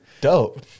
dope